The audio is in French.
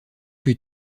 plus